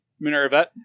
Minerva